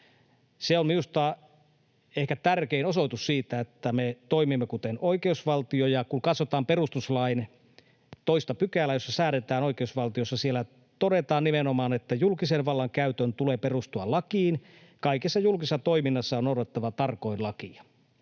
Se on minusta ehkä tärkein osoitus siitä, että me toimimme kuten oikeusvaltio, ja kun katsotaan perustuslain 2 §:ää, jossa säädetään oikeusvaltiosta, siellä todetaan nimenomaan, että julkisen vallan käytön tulee perustua lakiin ja kaikessa julkisessa toiminnassa on noudatettava tarkoin lakia.